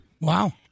Wow